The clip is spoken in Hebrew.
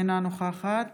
אינה נוכחת